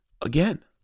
again